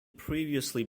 previously